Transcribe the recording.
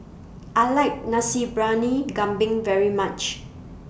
I like Nasi Briyani Kambing very much